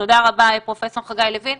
תודה רבה, פרופ' חגי לוין.